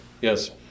yes